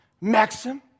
Maxim